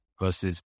versus